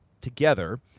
together –